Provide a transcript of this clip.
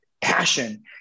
passion